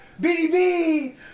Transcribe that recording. BDB